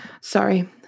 sorry